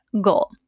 goal